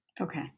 Okay